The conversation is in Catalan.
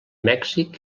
mèxic